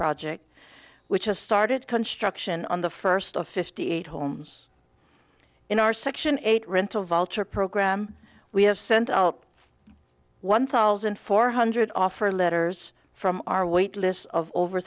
project which has started construction on the first of fifty eight homes in our section eight rental vulture program we have sent out one thousand four hundred offer letters from our wait lists of over